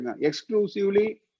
exclusively